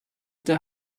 der